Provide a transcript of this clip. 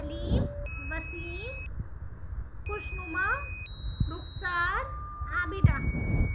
Saleem Waseem Khushnuma Rukhsar Abida